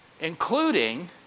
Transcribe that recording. including